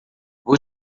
vou